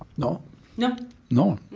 no no no.